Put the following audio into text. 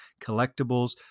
collectibles